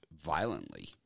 violently